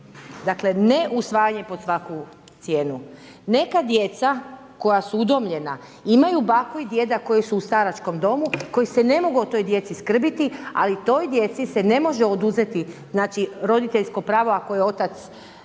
dakle ne usvajanje pod svaku cijenu. Neka djeca koja su udomljena, imaju baku i djeda koji su u staračkom domu, koji se ne mogu o toj djeci skrbiti, ali toj djeci se ne može oduzeti roditeljsko pravo ako su